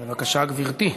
בבקשה, גברתי.